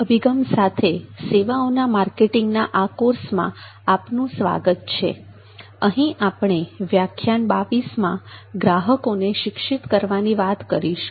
અહીં આપણે વ્યાખ્યાન 22 મા ગ્રાહકોને શિક્ષિત કરવાની વાત કરીશું